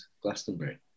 Glastonbury